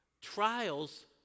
Trials